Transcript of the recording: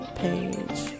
page